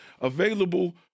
available